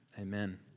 Amen